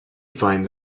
find